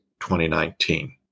2019